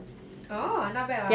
oh not bad [what]